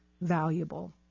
valuable